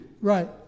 Right